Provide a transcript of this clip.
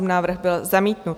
Návrh byl zamítnut.